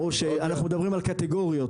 או שאנחנו מדברים על קטגוריות?